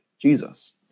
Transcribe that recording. Jesus